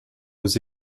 aux